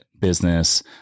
business